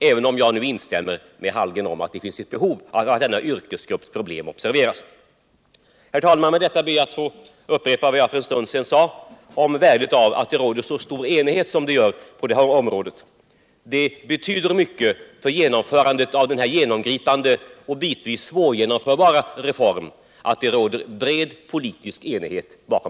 även om jag instämmer med Karl Hallgren i att det finns ett behov av att denna yrkesgrupps problem observeras. Herr talman! Med detta ber jag att få upprepa vad jag sade för en stund sedan om värdet av att det råder så stor enighet som det gör på detta område - det betyder mycket för genomförandet av denna genomgripande och bitvis svårgenomförda reform.